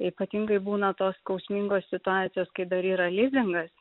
ypatingai būna tos skausmingos situacijos kai dar yra lizingas